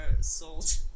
sold